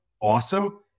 awesome